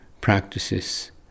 practices